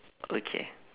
okay